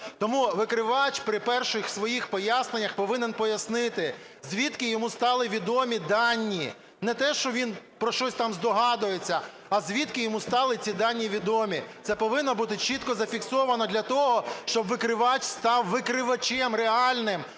Тому викривач при перших своїх поясненнях повинен пояснити, звідки йому стали відомі дані. Не те, що він про щось там здогадується, а звідки йому стали ці дані відомі. Це повинно бути чітко зафіксовано для того, щоб викривач став викривачем реальним,